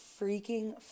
freaking